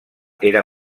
era